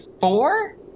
four